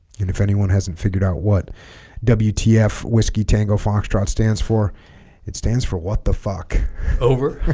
if anyone hasn't figured out what wtf whiskey tango foxtrot stands for it stands for what the fuck over